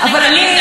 עליזה,